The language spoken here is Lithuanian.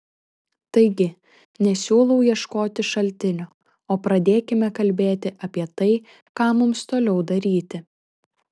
taigi nesiūlau ieškoti šaltinio o pradėkime kalbėti apie tai ką mums toliau daryti